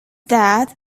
that